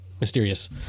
mysterious